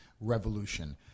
revolution